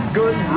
good